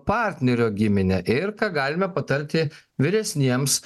partnerio gimine ir ką galime patarti vyresniesiems